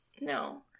no